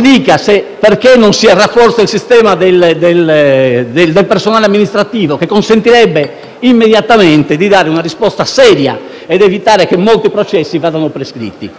dica perché non si rafforza il personale amministrativo, che consentirebbe immediatamente di dare una risposta seria ed evitare che molti processi vadano prescritti.